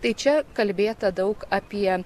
tai čia kalbėta daug apie